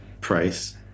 price